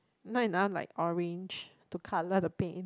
not enough like orange to colour the paint